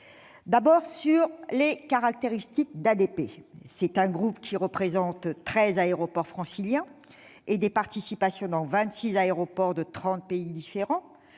d'abord par les caractéristiques d'ADP. Ce groupe détient 13 aéroports franciliens et des participations dans 26 aéroports de 30 pays différents.